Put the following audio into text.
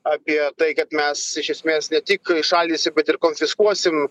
apie tai kad mes iš esmės ne tik įšaldysi bet ir konfiskuosim